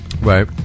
Right